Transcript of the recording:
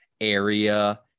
area